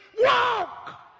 walk